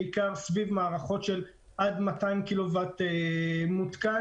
בעיקר סביב מערכות של עד 200 קילוואט מותקן.